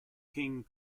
king